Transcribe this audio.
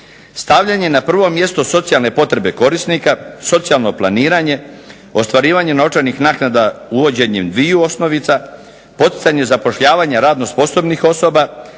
stavljanje na prvo mjesto socijalne potrebe korisnika, socijalno planiranje, ostvarivanje novčanih naknada uvođenjem dviju osnovica, poticanje zapošljavanja radno sposobnih osoba,